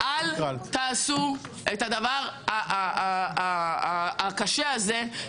אל תעשו את הדבר הקשה הזה,